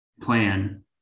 Plan